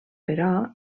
però